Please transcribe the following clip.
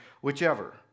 whichever